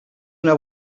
una